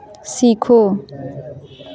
सीखो